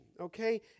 okay